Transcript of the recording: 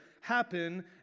happen